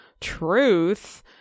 truth